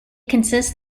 consists